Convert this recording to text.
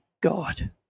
God